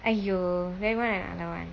!aiyo! that one another one